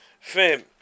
Fam